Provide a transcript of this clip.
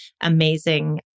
amazing